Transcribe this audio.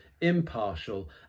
impartial